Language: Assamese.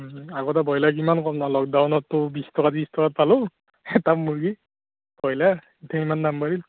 ওম আগতে ব্ৰইলাৰ কিমান কম দাম লকডাউনততো বিশ টকা ত্ৰিছ টকাত খালোঁ এটা মুৰ্গী ব্ৰইলাৰ এতিয়া ইমান দাম বাঢ়িল